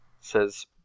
says